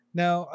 now